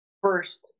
first